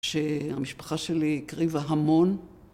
שהמשפחה שלי הקריבה המון.